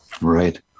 Right